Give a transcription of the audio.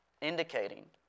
indicating